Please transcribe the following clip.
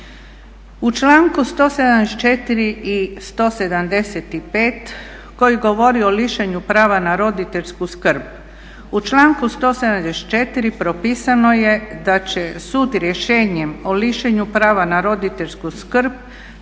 U članku 174.i 175.koji govori o lišenju prava na roditeljsku skrb. U članku 174.propisano je da će sud rješenjem o lišenju prava na roditeljsku skrb